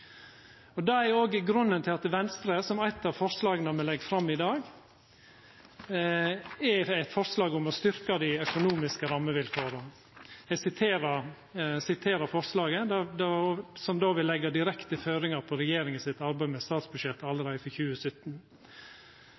incentiv. Det er også grunnen til Venstres forslag – som er eitt av forslaga me legg fram i dag – om å styrkja dei økonomiske rammevilkåra. Eg siterer forslaget, som vil leggja direkte føringar for regjeringa sitt arbeid med statsbudsjettet allereie for 2017: